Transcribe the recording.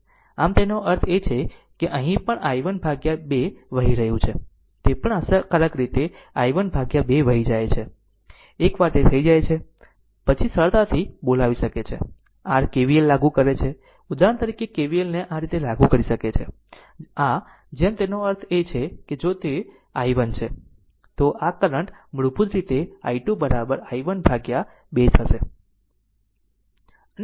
આમ તેનો અર્થ એ છે કે અહીં પણ i1 ભાગ્યા 2 વહી રહ્યું છે તે પણ અસરકારક રીતે i1 ભાગ્યા 2 વહી જાય છે એકવાર તે થઈ જાય પછી સરળતાથી બોલાવી શકે છે r KVL લાગુ કરે છે ઉદાહરણ તરીકે KVL ને આ રીતે લાગુ કરી શકે છે આ જેમ તેનો અર્થ એ કે જો તે i1 છે તો આ કરંટ મૂળભૂત રીતે i2 i1 ભાગ્યા 2 થશે